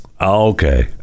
okay